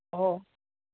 অ